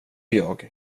jag